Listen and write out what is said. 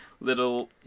little